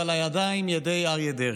אבל הידיים ידי אריה דרעי.